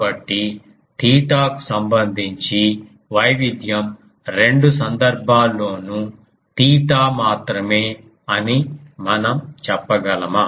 కాబట్టి తీటాకు సంబంధించి వైవిధ్యం రెండు సందర్భాల్లోనూ తీటా మాత్రమే అని మనము చెప్పగలమా